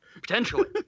potentially